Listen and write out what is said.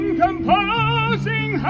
composing